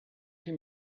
can